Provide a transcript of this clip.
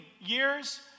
years